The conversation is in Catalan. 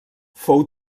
fou